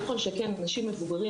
לא כל שכן אנשים מבוגרים,